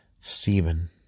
Stephen